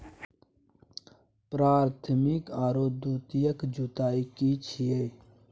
प्राथमिक आरो द्वितीयक जुताई की छिये?